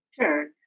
sure